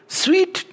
sweet